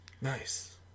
Nice